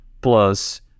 plus